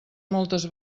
moltes